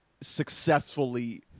successfully